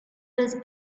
was